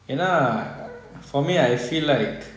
cannot ah for me I feel like